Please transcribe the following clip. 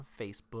Facebook